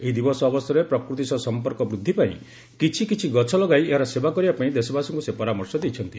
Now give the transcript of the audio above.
ଏହି ଦିବସ ଅବସରରେ ପ୍ରକୃତି ସହ ସଂପର୍କ ବୃଦ୍ଧି ପାଇଁ କିଛି କିଛି ଗଛ ଲଗାଇ ଏହାର ସେବା କରିବା ପାଇଁ ଦେଶବାସୀଙ୍କୁ ସେ ପରାମର୍ଶ ଦେଇଛନ୍ତି